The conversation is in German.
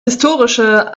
historische